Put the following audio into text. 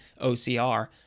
OCR